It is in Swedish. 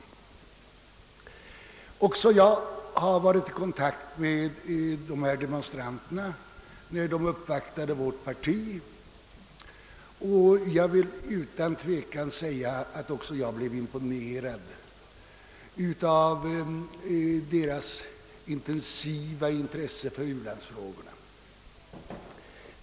Också jag har varit i kontakt med demonstranterna när de uppvaktade vårt parti, och jag vill utan tvekan säga att jag blev imponerad av deras intensiva intresse för u-landsfrågorna.